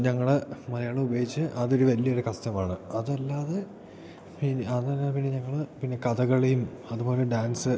ഞങ്ങള് മലയാളം ഉപയോഗിച്ച് അതൊര് വലിയൊരു കസ്റ്റമാണ് അതല്ലാതെ ഇനി അതല്ല പിന്നെ ഞങ്ങള് പിന്നെ കഥകളിയും അതുപോലെ ഡാൻസ്